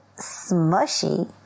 smushy